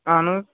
اہَن حظ